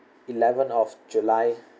eleven of july